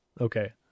Okay